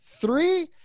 three